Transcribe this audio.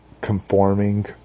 Conforming